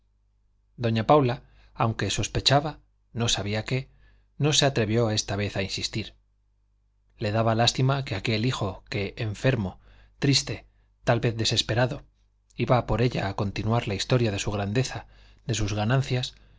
doña paula aunque sospechaba no sabía qué no se atrevió esta vez a insistir le daba lástima de aquel hijo que enfermo triste tal vez desesperado iba por ella a continuar la historia de su grandeza de sus ganancias